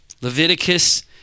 leviticus